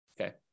okay